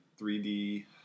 3D